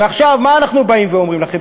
מה אנחנו באים ואומרים לכם?